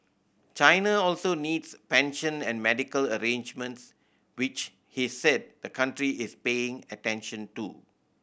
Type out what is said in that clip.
China also needs pension and medical arrangements which he said the country is paying attention to